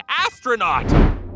astronaut